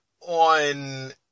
on